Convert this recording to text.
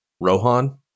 Rohan